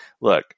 Look